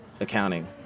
accounting